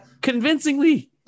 convincingly